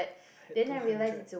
I had two hundred